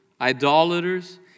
idolaters